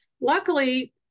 luckily